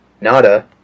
Nada